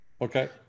Okay